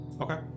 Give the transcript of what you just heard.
okay